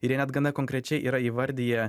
ir jie net gana konkrečiai yra įvardiję